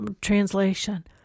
translation